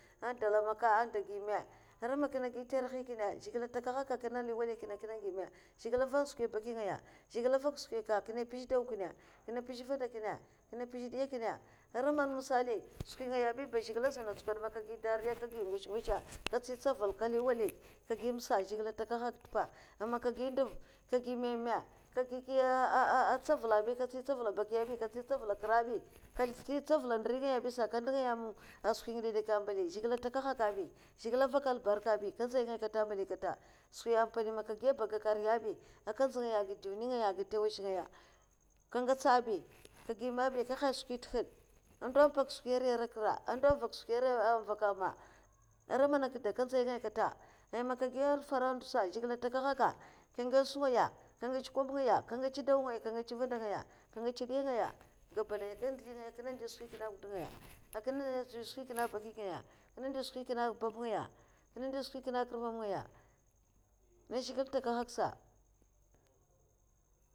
Adala maka adagi mè ara man kinè gi tarihi kinè zhigilè takaha a kinè li wali kine a kine gi me zhigile avan skwi a baki ngaya zhigile avak skwiya aka kine mpez dau kine kina mpeza vanda kine, kina mpez ndiya kine, ara mana misali skwi man ngaya bi ba zhigile azuna nchko man kaga gi dariya babgiy ngaya ka ntsi tsaval ka li wali ka guime sa zhigilè n'taka te mpa amana man ka ka gi nduv ka gi meme ka da giya ntsaval bi ka nsti ntsaval baki ya bi ka ntsi tsaval kra bi ka ntsi ntsavala ndri ngaya bi sa ka ndangaya askwi ngide kye'kya am mbali zhigile n'takahaka bi zhigle ada vak albarka bi. kada nzay ngaya kata mbali kata skwi ampani mana ka giya ba aka ga nriya bi aka nzay ngaya agad duniy ngaya anta tawashngaya ka ngecha bi ka gui me bi ka nhash skwihi nte had, ndo vak skwiya nri ara kra, noa vak skwiya ma aran mana kda aka nzay ngay kata ai man ka giya amsa ara ndo sa zhigile n'takahaka nka ngech sungaya. ka ngech kobngaya, ka ngec dawngaya ka ngecha vanda ngaya, ka ngecha diya gabadaya a kine ndyi skwi kinne wudngaya, akinè ndzay kinè a baki ngaya, aka ndyi skwi kine babngaya, akinè ndi skwi kine krmamngaya man zhigilè n'taka haka'sa,